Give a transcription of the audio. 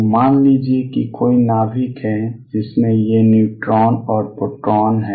तो मान लीजिए कि कोई नाभिक है जिसमें ये न्यूट्रॉन और प्रोटॉन हैं